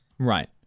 Right